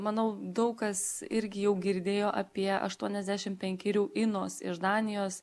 manau daug kas irgi jau girdėjo apie aštuoniasdešim penkerių inos iš danijos